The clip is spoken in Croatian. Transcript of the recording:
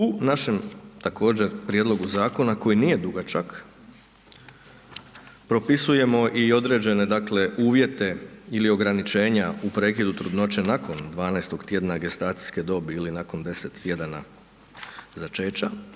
U našem također prijedlogu zakona koji nije dugačak propisujemo i određene dakle uvjete ili ograničenja u prekidu trudnoće nakon 12 tjedna gestacijske dobi ili nakon 10 tjedana začeća.